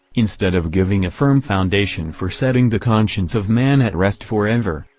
instead of giving a firm foundation for setting the conscience of man at rest for ever,